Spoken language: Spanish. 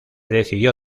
decidió